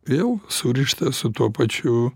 vėl surišta su tuo pačių